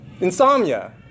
insomnia